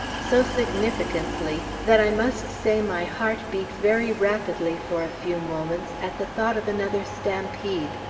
so significantly, that i must say my heart beat very rapidly for a few moments, at the thought of another stampede.